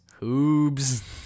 Hoobs